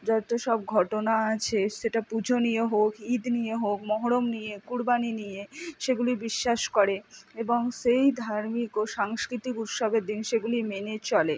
যতো সব ঘটনা আছে সেটা পুজো নিয়ে হোক ঈদ নিয়ে হোক মহরম নিয়ে কুরবানি নিয়ে সেগুলি বিশ্বাস করে এবং সেই ধার্মিক ও সাংস্কৃতিক উৎসবের দিন সেগুলি মেনে চলে